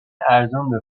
ارزون